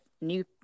new